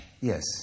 Yes